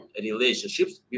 relationships